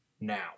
now